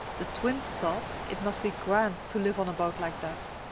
the twins thought it must be grand to live on a boat like that,